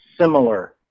similar